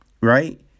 right